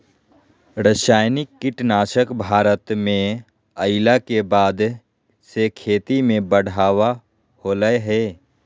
रासायनिक कीटनासक भारत में अइला के बाद से खेती में बढ़ावा होलय हें